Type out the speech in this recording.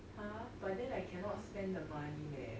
!huh! but then I cannot spend the money leh